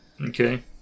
Okay